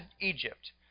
Egypt